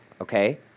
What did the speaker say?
okay